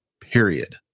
period